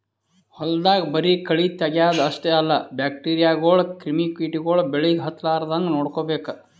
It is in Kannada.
ಹೊಲ್ದಾಗ ಬರಿ ಕಳಿ ತಗ್ಯಾದ್ ಅಷ್ಟೇ ಅಲ್ಲ ಬ್ಯಾಕ್ಟೀರಿಯಾಗೋಳು ಕ್ರಿಮಿ ಕಿಟಗೊಳು ಬೆಳಿಗ್ ಹತ್ತಲಾರದಂಗ್ ನೋಡ್ಕೋಬೇಕ್